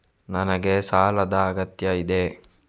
ನನಗೆ ಸಾಲದ ಅಗತ್ಯ ಇದೆ?